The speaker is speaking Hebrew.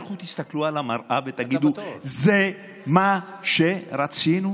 תלכו תסתכלו במראה ותגידו: זה מה שרצינו?